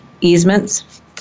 easements